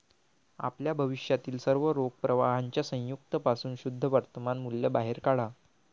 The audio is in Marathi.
आपल्या भविष्यातील सर्व रोख प्रवाहांच्या संयुक्त पासून शुद्ध वर्तमान मूल्य बाहेर काढा